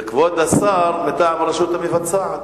וכבוד השר, מטעם הרשות המבצעת.